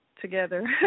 together